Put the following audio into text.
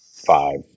Five